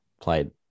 played